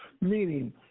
meaning